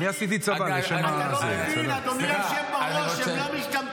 לא, הם לא משתמטים.